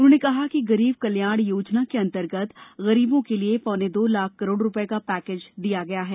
उन्होंने कहा कि गरीब कल्याण योजना के अंतर्गत गरीबों के लिए पौने दो लाख करोड़ रुपये का पैकेज दिया गया है